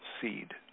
seed